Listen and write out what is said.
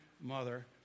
mother